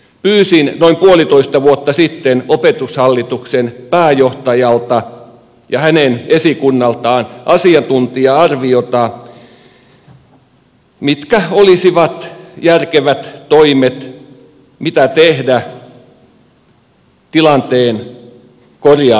pyysin noin puolitoista vuotta sitten opetushallituksen pääjohtajalta ja hänen esikunnaltaan asiantuntija arviota mitkä olisivat järkevät toimet mitä tehdä tilanteen korjaamiseksi